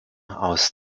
aus